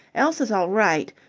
elsa's all right,